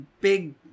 big